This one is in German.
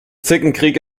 zickenkrieg